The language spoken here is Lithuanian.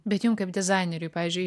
bet jum kaip dizaineriui pavyzdžiui